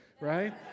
right